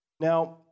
Now